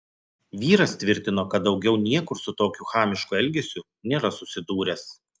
vyras tvirtino kad daugiau niekur su tokiu chamišku elgesiu nėra susidūręs